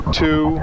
two